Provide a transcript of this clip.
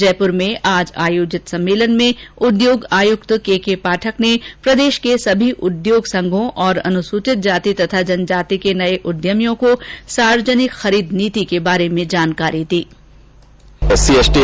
जयप्र में आज आयोजित सम्मेलन में उद्योग आयुक्त के के पाठक ने प्रदेश के सभी उद्योग संघों और अनुसूचित जाति और जनजाति के नये उद्यमियों को सार्वजनिक खरीद नीति की जानकारी दी